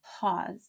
pause